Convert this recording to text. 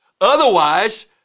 Otherwise